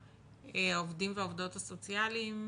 העובדים והעובדות הסוציאליים?